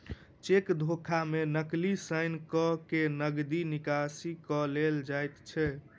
cheque धोखा मे नकली साइन क के नगदी निकासी क लेल जाइत छै